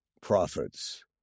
Prophets